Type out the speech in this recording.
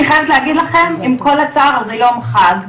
אני חייבת להגיד לכם שעם כל הצער זה יום חג,